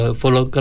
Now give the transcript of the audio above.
follow